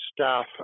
staff